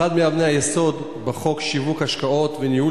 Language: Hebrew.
אחת מאבני היסוד בחוק שיווק השקעות וניהול